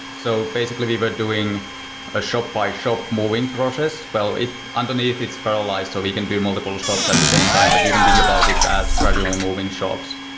so basically we were doing a shop by shop moving process. well, underneath it's paralyzed, so we can do multiple shops at the same time, but you can think about it as gradually moving shops.